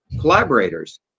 collaborators